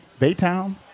Baytown